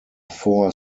four